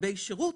כלבי שירות,